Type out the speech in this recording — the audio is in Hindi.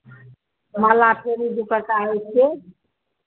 माला फेरी भी पड़ता है इससे